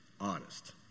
honest